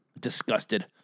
Disgusted